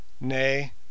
Nay